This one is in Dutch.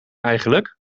eigenlijk